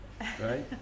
right